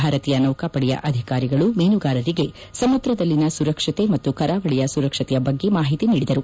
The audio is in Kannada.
ಭಾರತೀಯ ನೌಕಾಪಡೆಯ ಅಧಿಕಾರಿಗಳು ಮೀನುಗಾರರಿಗೆ ಸಮುದ್ರದಲ್ಲಿನ ಜೀವನದ ಸುರಕ್ಷತೆ ಮತ್ತು ಕರಾವಳಿಯ ಸುರಕ್ಷತೆಯ ಬಗ್ಗೆ ಮಾಹಿತಿ ನೀಡಿದರು